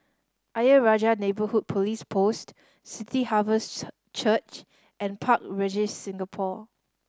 Ayer Rajah Neighbourhood Police Post City Harvest Church and Park Regis Singapore